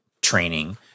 training